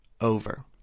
over